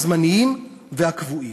הזמניים והקבועים.